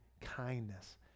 kindness